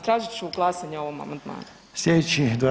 Tražit ću glasanje o ovom amandmanu.